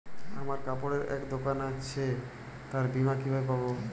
আমার কাপড়ের এক দোকান আছে তার বীমা কিভাবে করবো?